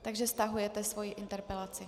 Takže stahujete svoji interpelaci?